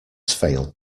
fail